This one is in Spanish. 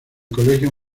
colegio